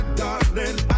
darling